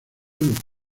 lucro